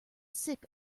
sick